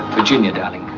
virginia darling,